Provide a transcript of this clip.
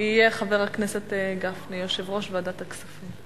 יהיה חבר הכנסת גפני, יושב-ראש ועדת הכספים.